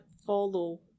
Follow